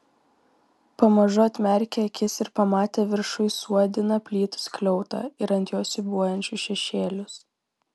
pamažu atmerkė akis ir pamatė viršuj suodiną plytų skliautą ir ant jo siūbuojančius šešėlius